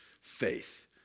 faith